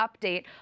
update